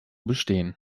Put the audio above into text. bestehen